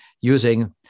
using